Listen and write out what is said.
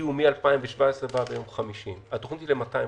הגיעו מ-2017 ועד היום 50. התוכנית היא ל-250,